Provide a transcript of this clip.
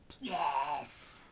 Yes